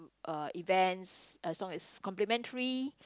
uh events as long as it's complimentary